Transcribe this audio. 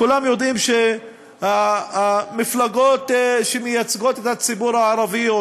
כולם יודעים שהמפלגות שמייצגות את הציבור הערבי או